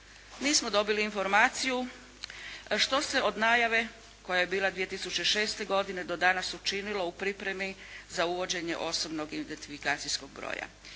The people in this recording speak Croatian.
nismo dobili informaciju što se od najave koja je bila 2006. godine do danas učinilo u pripremi za uvođenje osobnog identifikacijskog broja.